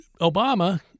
Obama